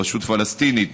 הרשות הפלסטינית,